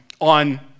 on